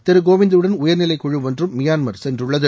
திரு கோவிந்துடன் உயர்நிலைக் குழு ஒன்று மியான்மர் சென்றுள்ளது